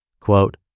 Quote